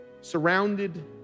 surrounded